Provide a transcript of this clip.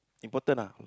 important lah